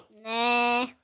Nah